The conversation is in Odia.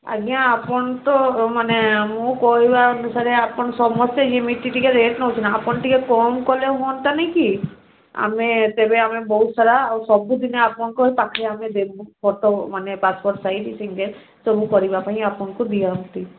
ଆଜ୍ଞା ଆପଣ ତ ମାନେ ମୁଁ କହିବା ଅନୁସାରେ ଆପଣ ସମସ୍ତେ ଏମିତି ଟିକେ ରେଟ୍ ନଉଛ ନା ଆପଣ ଟିକେ କମ୍ କଲେ ହୁଅନ୍ତାନି କି ଆମେ ତେବେ ଆମେ ବହୁତ ସାରା ଆଉ ସବୁଦିନେ ଆପଣଙ୍କ ପାଖେ ଆମେ ଦେବୁ ଫଟୋ ମାନେ ପାସପୋର୍ଟ ସାଇଜ୍ ସିଙ୍ଗଲ୍ ସବୁ କରିବା ପାଇଁ ଆପଣଙ୍କୁ ଦିଆହୁଅନ୍ତି